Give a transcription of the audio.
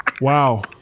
Wow